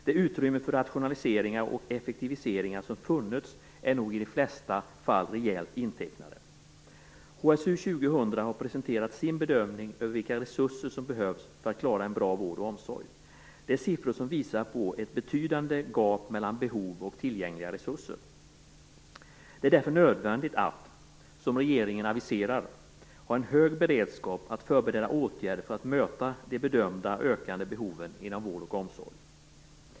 Det utrymme för rationaliseringar och effektiviseringar som har funnits är nog i de flesta fall rejält intecknade. HSU 2000 har presenterat sin bedömning av vilka resurser som behövs för att klara en bra vård och omsorg. Siffrorna visar på ett betydande gap mellan behov och tillgängliga resurser. Det är därför nödvändigt att, som regeringen aviserar, ha en hög beredskap att förbereda åtgärder för att möta de bedömda ökande behoven inom vård och omsorg.